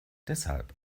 deshalb